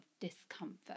discomfort